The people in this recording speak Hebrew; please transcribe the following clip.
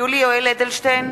יולי יואל אדלשטיין,